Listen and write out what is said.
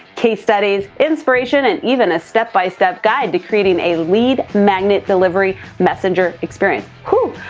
case studies, inspiration, and even a step-by-step guide to creating a lead magnet delivery messenger experience. hoo!